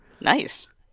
nice